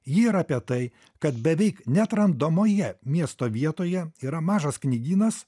ji yra apie tai kad beveik neatrandamoje miesto vietoje yra mažas knygynas